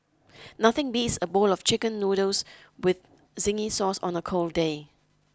nothing beats a bowl of chicken noodles with zingy sauce on a cold day